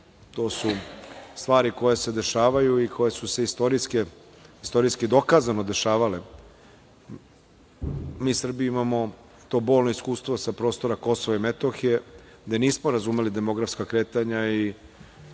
su stvari koje se dešavaju i koje su se istorijski dokazano dešavale. Mi Srbi imamo to bolno iskustvo sa prostora Kosova i Metohije, gde nismo razumeli demografska kretanja i